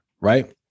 right